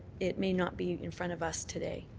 it may not be in front of us today.